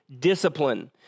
discipline